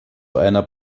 einer